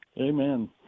Amen